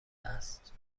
است